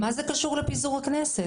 מה זה קשור לפיזור הכנסת?